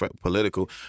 political